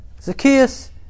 Zacchaeus